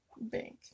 bank